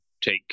take